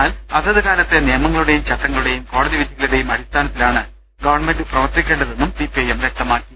എന്നാൽ അതത് കാലത്തെ നിയമ ങ്ങളുടെയും ചട്ടങ്ങളുടെയും കോടതിവിധികളുടെയും അടി സ്ഥാനത്തിലാണ് ഗവൺമെന്റ് പ്രവർത്തിക്കേണ്ടതെന്നും സി പി ഐ എം വ്യക്തമാക്കി